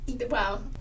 Wow